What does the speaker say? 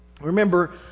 Remember